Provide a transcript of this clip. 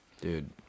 dude